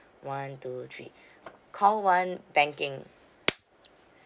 one two three call one banking